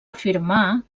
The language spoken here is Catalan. afirmar